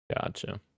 Gotcha